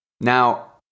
Now